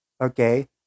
okay